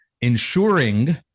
ensuring